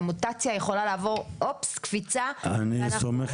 המוטציה יכולה לעבור קפיצה אני סומך